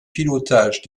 pilotage